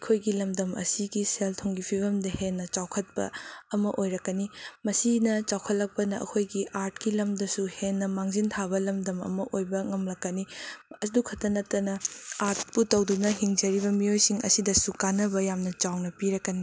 ꯑꯩꯈꯣꯏꯒꯤ ꯂꯝꯗꯝ ꯑꯁꯤꯒꯤ ꯁꯦꯜ ꯊꯨꯝꯒꯤ ꯐꯤꯕꯗ ꯍꯦꯟꯅ ꯆꯥꯎꯈꯠꯄ ꯑꯃ ꯑꯣꯏꯔꯛꯀꯅꯤ ꯃꯁꯤꯅ ꯆꯥꯎꯈꯠꯂꯛꯄꯅ ꯑꯩꯈꯣꯏꯒꯤ ꯑꯥꯔꯠꯀꯤ ꯂꯝꯗꯁꯨ ꯍꯦꯟꯅ ꯃꯥꯡꯖꯤꯟ ꯊꯥꯕ ꯂꯝꯗꯝ ꯑꯃ ꯑꯣꯏꯕ ꯉꯝꯂꯛꯀꯅꯤ ꯑꯗꯨ ꯈꯛꯇ ꯅꯠꯇꯅ ꯑꯥꯔꯠꯄꯨ ꯇꯧꯗꯨꯅ ꯍꯤꯡꯖꯔꯤꯕ ꯃꯤꯑꯣꯏꯁꯤꯡ ꯑꯁꯤꯗꯁꯨ ꯀꯥꯟꯅꯕ ꯌꯥꯝꯅ ꯆꯥꯎꯅ ꯄꯤꯔꯛꯀꯅꯤ